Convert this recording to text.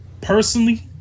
Personally